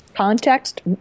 Context